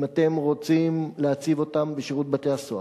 אם אתם רוצים להציב אותם בשירות בתי-הסוהר.